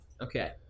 Okay